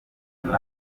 nawe